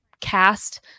cast